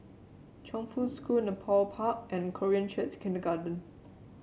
Chongfu School Nepal Park and Korean Church Kindergarten